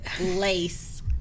lace